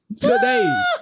today